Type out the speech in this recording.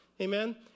Amen